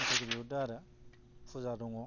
मेथायखौ बिहरदों आरो फुजा दङ